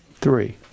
Three